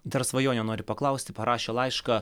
dar svajonė nori paklausti parašė laišką